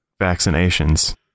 vaccinations